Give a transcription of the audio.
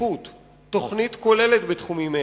בדחיפות תוכנית כוללת בתחומים אלה,